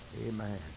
Amen